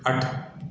ਅੱਠ